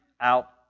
out